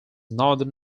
northern